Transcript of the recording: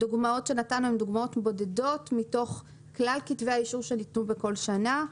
הדוגמאות שנתנו הן דוגמאות בודדות מתוך כלל כתבי האישור שניתנו בכל שנה.